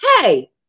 Hey